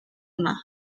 yma